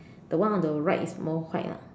the one on the right is more white lah